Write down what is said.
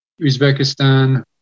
Uzbekistan